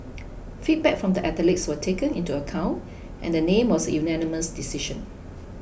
feedback from the athletes were taken into account and the name was a unanimous decision